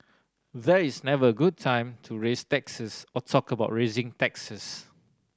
there is never a good time to raise taxes or talk about raising taxes